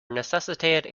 necessitated